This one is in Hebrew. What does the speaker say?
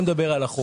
בוא נדבר על החוק.